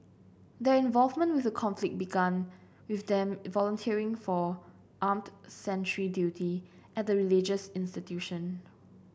their involvement with the conflict began with them volunteering for armed sentry duty at the religious institution